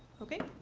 okay?